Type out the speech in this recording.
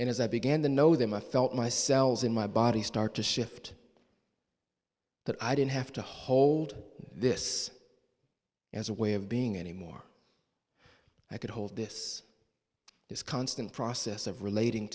and as i began to know them i felt my cells in my body start to shift that i didn't have to hold this as a way of being anymore i could hold this this constant process of relating